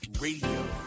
Radio